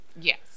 Yes